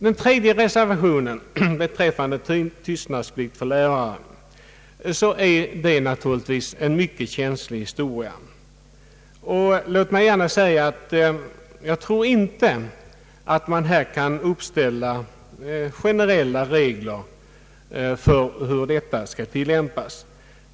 Den tredje reservationen, beträffande tystnadsplikt för lärare, gäller naturligtvis en mycket känslig fråga. Jag tror inte att man här kan uppställa generella regler för hur detta skall tilllämpas.